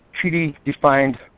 treaty-defined